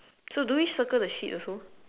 so do we circle the seat also